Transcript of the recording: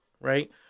right